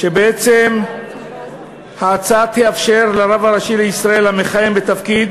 ובעצם ההצעה תאפשר לרב הראשי לישראל המכהן בתפקיד